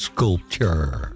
Sculpture